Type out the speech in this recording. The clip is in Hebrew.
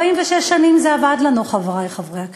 46 שנים זה עבד לנו, חברי חברי הכנסת.